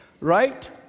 Right